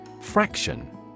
Fraction